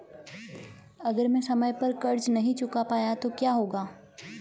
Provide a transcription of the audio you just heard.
अगर मैं समय पर कर्ज़ नहीं चुका पाया तो क्या होगा?